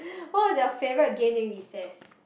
what was your favorite game during recess